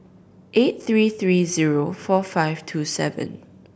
eight three three zero four five two seven